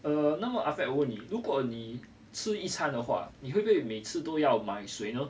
err 那么 ah fat 我问你如果你吃一餐的话你会不会每次都要买水呢